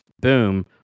boom